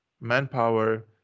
manpower